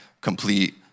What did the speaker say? complete